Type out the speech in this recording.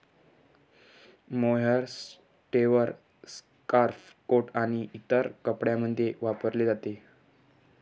mohair sweater, scarf, coat आणि इतर कपड्यांमध्ये वापरले जाते